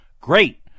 great